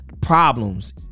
problems